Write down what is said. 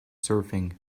surfing